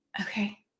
okay